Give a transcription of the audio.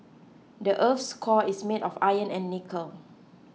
the earth's core is made of iron and nickel